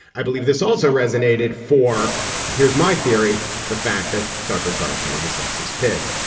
i believe this also resonated for and here's my theory. the fact that tucker carlson is a sexist pig.